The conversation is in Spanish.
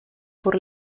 por